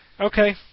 Okay